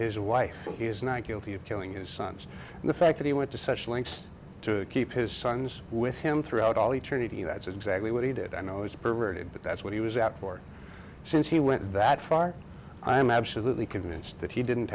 his wife so he's not guilty of killing his sons and the fact that he went to such lengths to keep his sons with him throughout all eternity that's exactly what he did i know it's a perverted but that's what he was out for since he went that far i'm absolutely convinced that he didn't